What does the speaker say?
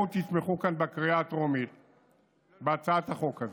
תתמכו כאן בקריאה הטרומית בהצעת החוק הזאת,